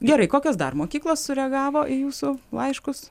gerai kokios dar mokyklos sureagavo į jūsų laiškus